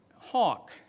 hawk